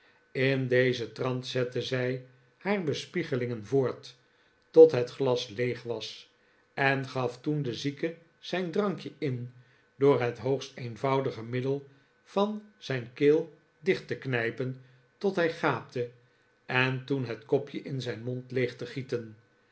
in dezen trant zette zij haar bespiegelingen voort tot het glas leeg was en gaf toen den zieke zijn drankje in door het hoogst eenvoudige middel van zijn keel dicht te knijpen tot hr gaapte en toen het kopje in zijn morid leeg te gieten